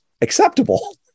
acceptable